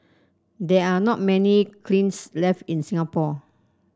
there are not many kilns left in Singapore